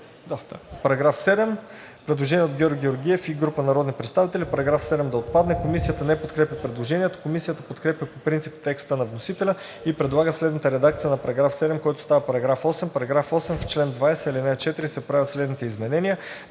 параграф 7 има предложение от Георги Георгиев и група народни представители § 7 да отпадне. Комисията не подкрепя предложението. Комисията подкрепя по принцип текста на вносителя и предлага следната редакция на § 7, който става § 8: „§ 8. В чл. 20, ал. 4 се правят следните изменения: